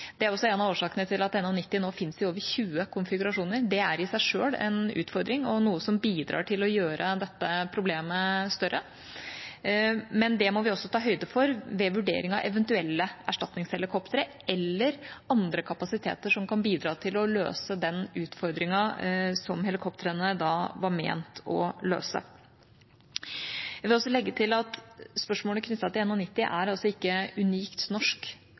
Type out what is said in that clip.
Det er også en av årsakene til at NH90 nå finnes i over 20 konfigurasjoner. Det er i seg selv en utfordring og noe som bidrar til å gjøre dette problemet større. Men det må vi også ta høyde for ved vurdering av eventuelle erstatningshelikoptre eller andre kapasiteter som kan bidra til å løse den utfordringen som helikoptrene var ment å løse. Jeg vil også legge til at spørsmålet knyttet til NH90 ikke er unikt norsk: